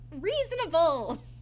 reasonable